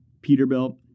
Peterbilt